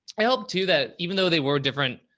i helped to that even though they were different,